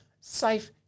Safe